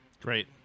great